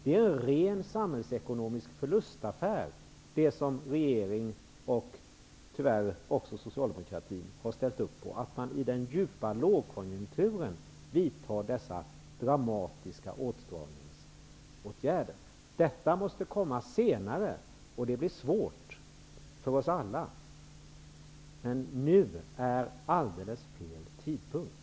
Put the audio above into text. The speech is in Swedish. Det som regering och, tyvärr, också socialdemokrater har ställt upp på är en ren samhällsekonomisk förlustaffär i och med att man i en djup lågkonjunktur vidtar dessa dramatiska åtstramningsåtgärder. Sådana måste komma senare. Det blir svårt för oss alla. Men att göra det nu är att göra det vid helt fel tidpunkt.